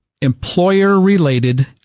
employer-related